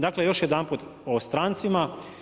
Dakle, još jedanput o strancima.